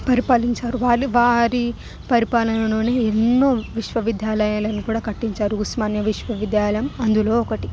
పరిపాలించారు వారు వారి పరిపాలన లోని ఎన్నో విశ్వవిద్యాలయాలను కూడా కట్టించారు ఉస్మానియా విశ్వవిద్యాలయం అందులో ఒకటి